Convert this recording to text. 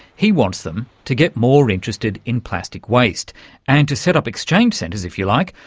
he wants them to get more interested in plastic waste and to set up exchange centres, if you like,